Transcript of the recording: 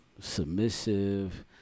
submissive